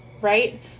right